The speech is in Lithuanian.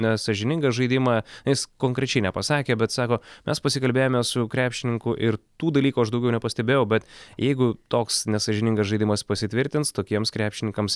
nesąžiningą žaidimą jis konkrečiai nepasakė bet sako mes pasikalbėjome su krepšininku ir tų dalykų aš daugiau nepastebėjau bet jeigu toks nesąžiningas žaidimas pasitvirtins tokiems krepšininkams